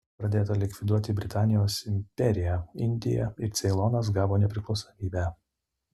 pradėta likviduoti britanijos imperiją indija ir ceilonas gavo nepriklausomybę